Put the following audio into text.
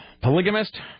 polygamist